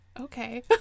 Okay